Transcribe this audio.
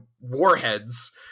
warheads